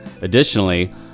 Additionally